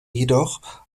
jedoch